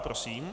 Prosím.